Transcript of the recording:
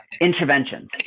interventions